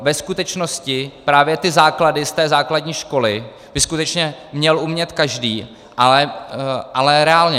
Ve skutečnosti právě ty základy ze základní školy by skutečně měl umět každý, ale reálně.